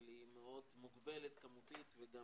אבל היא מאוד מוגבלת כמותית וגם